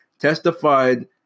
testified